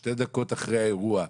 שתי דקות אחרי האירוע,